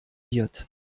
wird